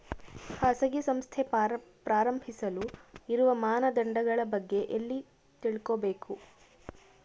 ಖಾಸಗಿ ಸಂಸ್ಥೆ ಪ್ರಾರಂಭಿಸಲು ಇರುವ ಮಾನದಂಡಗಳ ಬಗ್ಗೆ ಎಲ್ಲಿ ತಿಳ್ಕೊಬೇಕು?